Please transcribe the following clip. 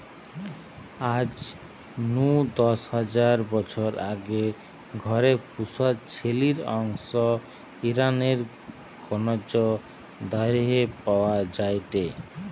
আজ নু দশ হাজার বছর আগে ঘরে পুশা ছেলির অংশ ইরানের গ্নজ দারেহে পাওয়া যায়টে